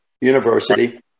university